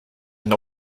one